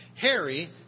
Harry